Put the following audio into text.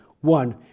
One